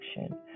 action